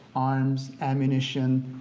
arms, ammunition,